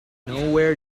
nowhere